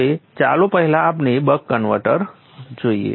હવે ચાલો પહેલા આપણે બક કન્વર્ટર જોઇએ